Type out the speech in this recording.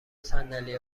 صندلی